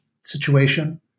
situation